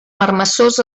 marmessors